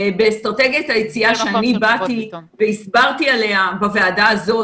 באסטרטגיית היציאה שאני באתי והסברתי עליה בוועדה הזאת